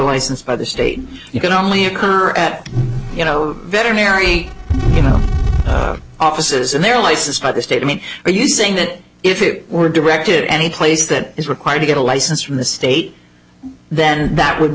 licensed by the state you can only occur at you know veterinary you know offices and they're licensed by the state i mean are you saying that if it were directed anyplace that is required to get a license from the state then that would